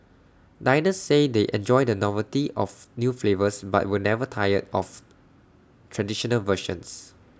diners say they enjoy the novelty of new flavours but will never tire of traditional versions